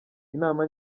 inama